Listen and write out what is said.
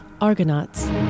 Argonauts